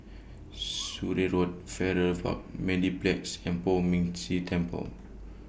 Surrey Road Farrer Park Mediplex and Poh Ming Tse Temple